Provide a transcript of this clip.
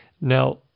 Now